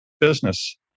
business